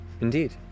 Indeed